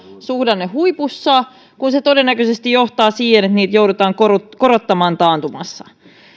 suhdannehuipussa kun se todennäköisesti johtaa siihen että niitä joudutaan korottamaan korottamaan taantumassa